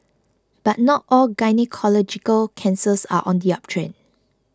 but not all gynaecological cancers are on the uptrend